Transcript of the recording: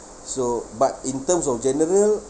so but in terms of general